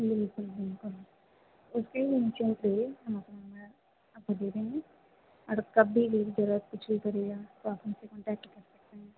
बिल्कुल बिल्कुल उसके हम अपना नंबर आपको दे देंगे और कभी भी जरूरत कुछ भी पड़ेगा तो आप हमसे कॉन्टेक्ट कर सकते हैं